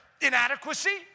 inadequacy